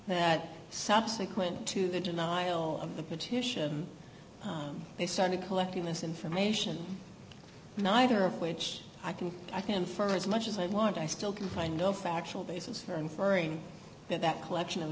that subsequent to the denial of the petition they started collecting this information neither of which i can i confirm as much as i want i still can find no factual basis for inferring that that collection of